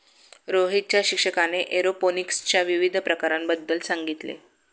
रोहितच्या शिक्षकाने एरोपोनिक्सच्या विविध प्रकारांबद्दल सांगितले